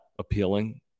Appealing